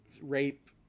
rape